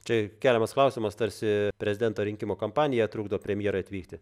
čia keliamas klausimas tarsi prezidento rinkimų kampanija trukdo premjerui atvykti